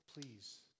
please